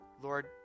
Lord